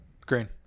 Green